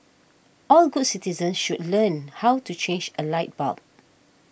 all good citizens should learn how to change a light bulb